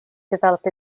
develop